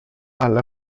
alla